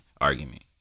argument